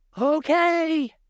Okay